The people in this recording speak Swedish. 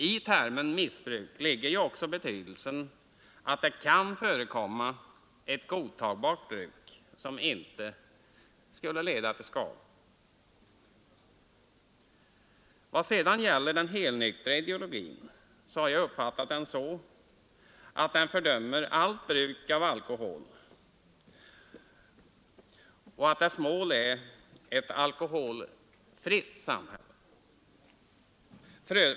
I termen missbruk ligger ju också betydelsen att det kan förekomma ett godtagbart bruk som inte leder till skador. Vad sedan gäller den helnyktra ideologin har jag uppfattat den så att den fördömer allt bruk av alkohol och att dess mål är ett alkoholfritt samhälle.